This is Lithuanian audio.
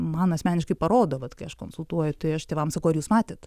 man asmeniškai parodo vat kai aš konsultuoju tai aš tėvams sakau ar jūs matėt